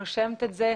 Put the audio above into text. נושמת את זה,